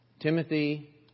Timothy